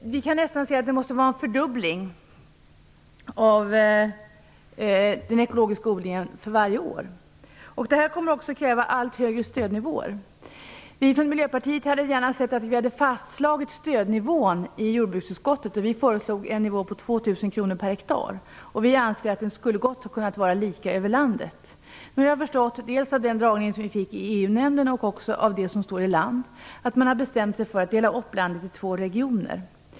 Den ekologiska odlingen måste nästan fördubblas för varje år. Det kommer att kräva allt högre stödnivåer. Vi från Miljöpartiet hade gärna sett att stödnivån hade fastslagits i jordbruksutskottet. Vi föreslog en nivå på 2 000 kr per hektar. Vi anser att den gott skulle ha kunnat vara lika över landet. Nu har jag, av den föredragning som vi fick i EU nämnden och också av det som står i Land, insett att man har bestämt sig för att dela upp landet i två regioner.